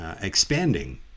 expanding